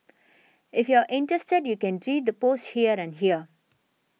if you're interested you can read the posts here and here